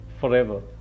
forever